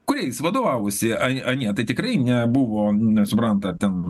kuriais vadovavosi anie tai tikrai nebuvo nesupranta ten